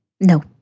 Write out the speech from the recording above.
No